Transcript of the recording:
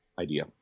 idea